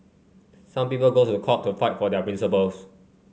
some people go to the court to fight for about their principles